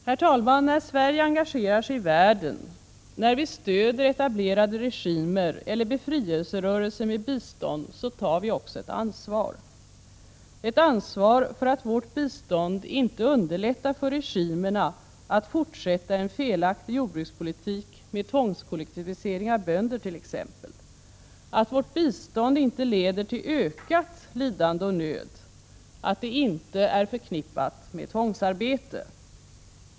Herr talman! När Sverige engagerar sig i världen, när vi stöder etablerade regimer eller befrielserörelser med bistånd tar vi också ett ansvar, ett ansvar för att vårt bistånd inte underlättar för regimerna att fortsätta en felaktig jordbrukspolitik med tvångskollektivisering av bönder t.ex., att vårt bistånd inte leder till ökat lidande och nöd och att det inte är förknippat med tvångsarbete.